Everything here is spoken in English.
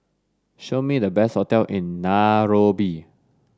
show me the best hotel in Nairobi